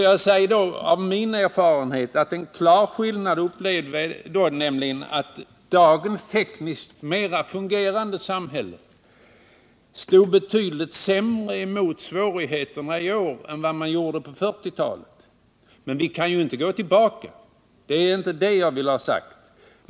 Det är min erfarenhet att dagens mera tekniskt fungerande samhälle står betydligt sämre emot påfrestningarna än samhället gjorde på 1940-talet. Men vi kan ju inte gå tillbaka — det är inte det jag vill.